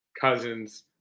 Cousins